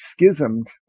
schismed